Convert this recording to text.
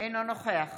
אינו נוכח